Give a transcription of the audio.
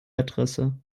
adresse